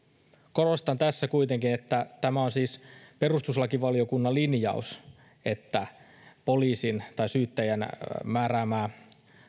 korostan tässä kuitenkin että tämä on siis perustuslakivaliokunnan linjaus että poliisin tai syyttäjän määräämää